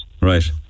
Right